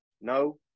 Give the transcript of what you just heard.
No